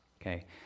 Okay